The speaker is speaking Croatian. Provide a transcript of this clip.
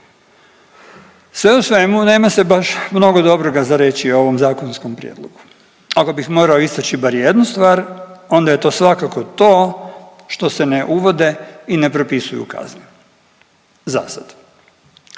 Sve u svemu nema se baš mnogo dobroga za reći o ovom zakonskom prijedlogu, ako bih morao istaći bar jednu stvar onda je to svakako to što se ne uvode i ne propisuju kazne zasad,